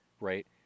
Right